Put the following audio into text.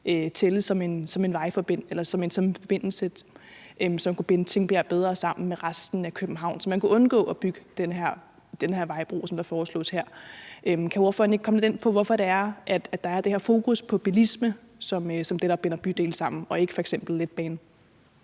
letbaneforbindelse, som kunne binde Tingbjerg bedre sammen med resten af København, så man kunne undgå at bygge den her vejbro, som der foreslås her. Kan ordføreren ikke komme lidt ind på, hvorfor der er det her fokus på bilisme som værende det, der binder bydele sammen – og ikke f.eks. en